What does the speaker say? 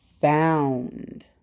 found